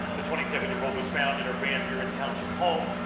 the twenty seven year old was found in her van buren township home,